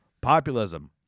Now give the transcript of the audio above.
Populism